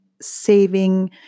saving